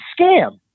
scam